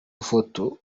ifoto